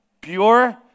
pure